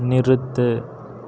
நிறுத்து